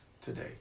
today